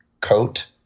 coat